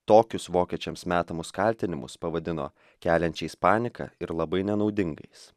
tokius vokiečiams metamus kaltinimus pavadino keliančiais paniką ir labai nenaudingais